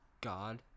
God